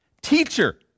Teacher